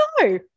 No